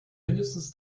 mindestens